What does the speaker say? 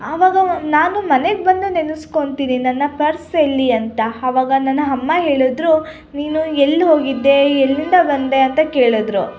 ಅವಾಗ ನಾನು ಮನೆಗೆ ಬಂದು ನೆನೆಸ್ಕೊಂತೀನಿ ನನ್ನ ಪರ್ಸ್ ಎಲ್ಲಿ ಅಂತ ಅವಾಗ ನನ್ನ ಅಮ್ಮ ಹೇಳಿದ್ರು ನೀನು ಎಲ್ಲಿ ಹೋಗಿದ್ದೆ ಎಲ್ಲಿಂದ ಬಂದೆ ಅಂತ ಕೇಳಿದ್ರು